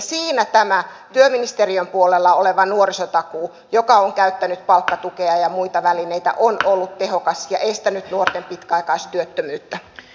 siinä tämä työministeriön puolella oleva nuorisotakuu joka on käyttänyt palkkatukea ja muita välineitä on ollut tehokas ja estänyt nuorten pitkäaikaistyöttömyyttä